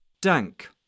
Dank